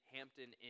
Hampton